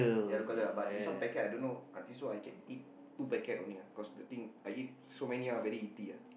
yellow color ah but this one packet I don't know and this one I could eat two packet only ah cause the thing I eat so many ah very heaty ah